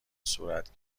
صورت